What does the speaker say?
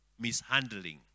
mishandling